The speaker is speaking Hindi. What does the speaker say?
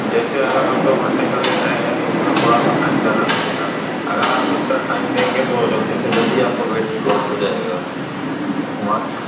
जैसे अगर आप दो घंटे का ले रहे हैं तो उसमें थोड़ा सा टाइम ज़्यादा लगेगा अगर आप एस्ट्रा टाइम देंगे तो जल्दी से जल्दी आपका वेट्स लॉस हो जाएगा हमारे